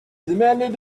demanded